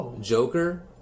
Joker